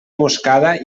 moscada